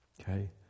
okay